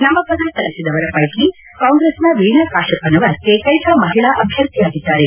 ನಾಮಪತ್ರ ಸಲ್ಲಿಸಿದವರ ಪೈಕಿ ಕಾಂಗ್ರೆಸ್ನ ವೀಣಾ ಕಾಶಪ್ಪನವರ್ ಏಕೈಕ ಮಹಿಳಾ ಅಭ್ಯರ್ಥಿಯಾಗಿದ್ದಾರೆ